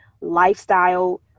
lifestyle